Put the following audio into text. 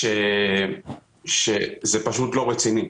שזה פשוט לא רציני.